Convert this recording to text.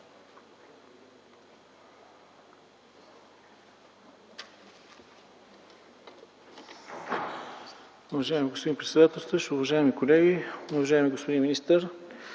Уважаеми господин председател, уважаеми колеги! Уважаеми господин министър,